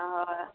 ଆହା